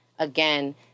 Again